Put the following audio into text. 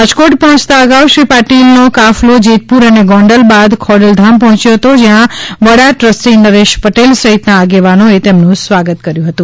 રાજકોટ પહોયતા અગાઉ શ્રી પાટિલનો કાફલો જેતપુર અને ગોંડલ બાદ ખોડલધામ પહોચ્યો હતો જ્યાં વડા ટ્રસ્ટી નરેશ પટેલ સહિતના આગેવાનોએ તેમનું સ્વાગત કર્યું હતું